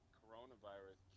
coronavirus